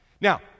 Now